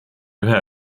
ühe